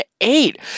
eight